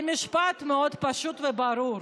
זה משפט מאוד פשוט וברור: